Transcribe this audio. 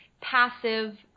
passive